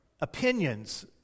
opinions